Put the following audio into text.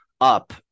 up